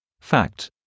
Fact